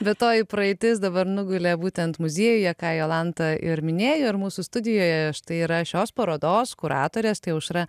bet toji praeitis dabar nugulė būtent muziejuje ką jolanta ir minėjo ir mūsų studijoje štai yra šios parodos kuratorės tai aušra